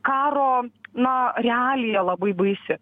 karo na realija labai baisi